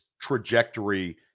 trajectory